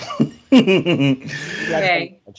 Okay